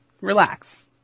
relax